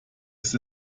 ist